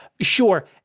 sure